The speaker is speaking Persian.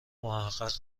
محقق